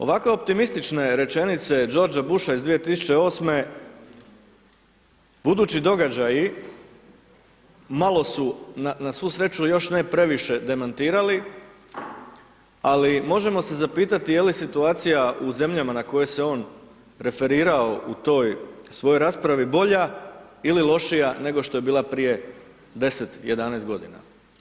Ovakve optimistične rečenice Georgea Busha iz 2008. budući događaji malo su na svu sreću još ne previše demantirali ali možemo se zapitati je li situacija u zemljama na koje se on referirao u toj svojoj raspravi bolja ili lošija nego što je bila prije 10, 11 godina.